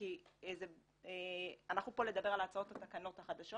כי אנחנו פה לדבר על הצעות התקנות החדשות